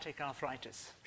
arthritis